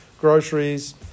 groceries